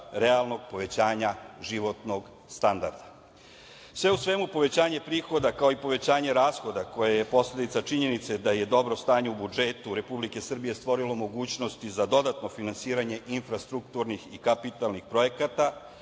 realnog povećanja životnog standarda. Sve u svemu povećanje prihoda, kao i povećanje rashoda koje je posledica činjenice da je dobro stanje u budžetu Republike Srbije stvorilo mogućnosti za dodatno finansiranje infrastrukturnih i kapitalnih projekata,